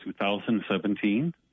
2017